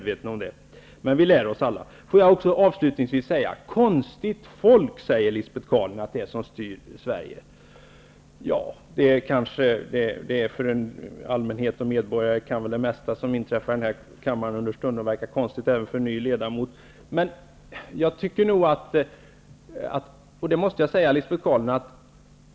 Vi lär oss alla. Lisbet Calner säger att det är konstigt folk som styr Sverige. Ja, för allmänheten och medborgarna kan det mesta som inträffar i denna kammare understundom verka konstigt -- det kan det göra även för en ny ledamot.